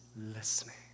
listening